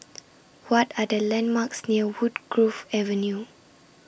What Are The landmarks near Woodgrove Avenue